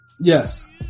Yes